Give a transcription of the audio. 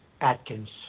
Atkins